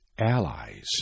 allies